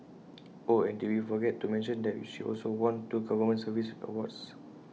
oh and did we forget to mention that she also won two government service awards